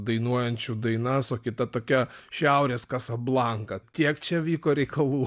dainuojančių dainas o kita tokia šiaurės kasablanka tiek čia vyko reikalų